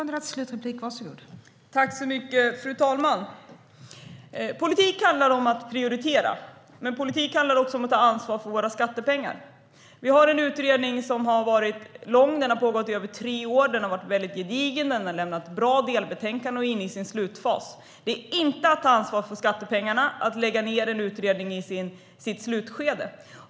Fru talman! Politik handlar om att prioritera. Men politik handlar också om att ta ansvar för våra skattepengar. Vi har en lång och väldigt gedigen utredning som har pågått i över tre år, har lämnat bra delbetänkanden och är inne i sin slutfas. Det är inte att ta ansvar för skattepengarna att lägga ned en utredning som är i sitt slutskede.